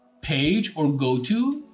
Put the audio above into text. page or go to,